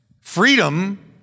Freedom